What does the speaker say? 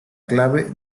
clave